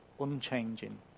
unchanging